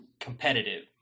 competitive